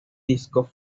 disco